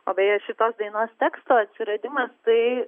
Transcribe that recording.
o beje šitos dainos teksto atsiradimas tai